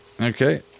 okay